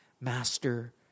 master